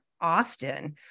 often